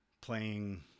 playing